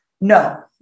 No